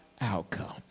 outcome